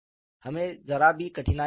हमें जरा भी कठिनाई नहीं हुई